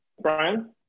Brian